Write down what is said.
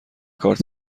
کارت